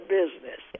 business